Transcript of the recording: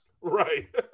Right